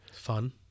fun